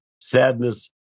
sadness